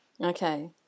Okay